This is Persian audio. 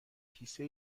کیسه